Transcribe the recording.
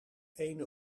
ene